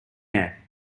air